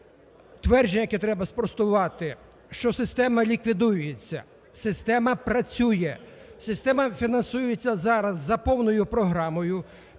твердження, яке треба спростувати: що система ліквідується. Система працює, система фінансується зараз за повною програмою,